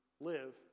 live